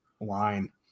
line